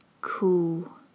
cool